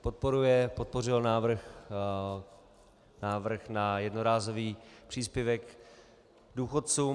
Podporuje, podpořil návrh na jednorázový příspěvek důchodcům.